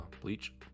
Bleach